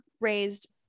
raised